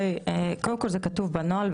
קודם כל זה כתוב בנוהל,